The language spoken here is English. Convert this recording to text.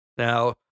Now